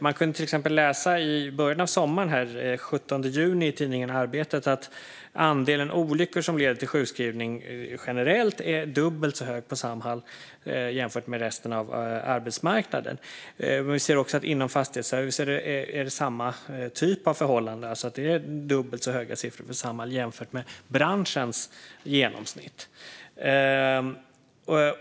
Man kunde till exempel i början av sommaren, den 17 juni, läsa i tidningen Arbetet att andelen olyckor som leder till sjukskrivning generellt är dubbelt så hög på Samhall jämfört med resten av arbetsmarknaden. Vi ser att det är samma förhållande inom fastighetsservice, alltså att det är dubbelt så höga siffror för Samhall jämfört med branschens genomsnitt.